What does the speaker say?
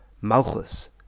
Malchus